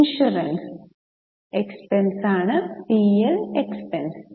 insurance P L expense